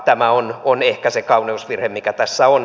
tämä on ehkä se kauneusvirhe mikä tässä on